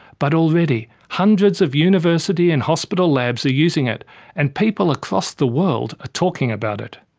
but already hundreds of university and hospital labs are using it and people across the world are talking about it.